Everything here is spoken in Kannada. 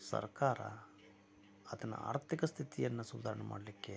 ಸರ್ಕಾರ ಅದನ್ನು ಆರ್ಥಿಕ ಸ್ಥಿತಿಯನ್ನು ಸುಧಾರಣೆ ಮಾಡಲಿಕ್ಕೆ